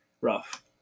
rough